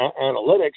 analytics